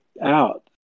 out